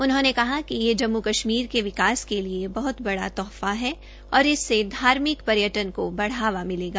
उन्होंने कहा कि यह जम्मू कश्मीर के विकास के लिए बहत बड़ा तोहफा है और इससे धार्मिक पर्यटन को बढ़ावा मिलेगा